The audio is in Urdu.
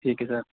ٹھیک ہے سر